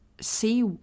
see